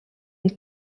and